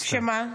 שמה?